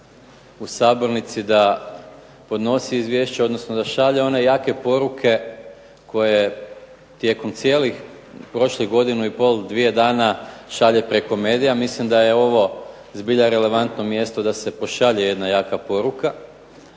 u sabornici da podnosi izvješće, odnosno da šalje one jake poruke koje tijekom cijelih prošlih godinu i pol, dvije dana šalje preko medija. Mislim da je ovo zbilja relevantno mjesto da se pošalje jedna jaka poruka,